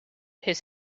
his